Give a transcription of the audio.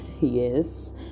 yes